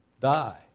die